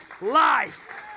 life